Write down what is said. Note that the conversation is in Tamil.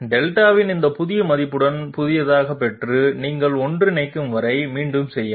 δ இன் இந்த புதிய மதிப்புடன் புதிதாகப் பெற்று நீங்கள் ஒன்றிணைக்கும் வரை மீண்டும் செய்யவும்